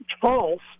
false